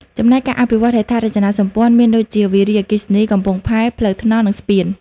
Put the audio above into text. ចំណែកការអភិវឌ្ឍន៍ហេដ្ឋារចនាសម្ព័ន្ធមានដូចជា វារីអគ្គិសនី កំពង់ផែ ផ្លូវថ្នល់ និងស្ពាន។